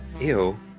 Ew